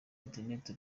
interineti